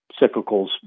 cyclicals